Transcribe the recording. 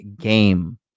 game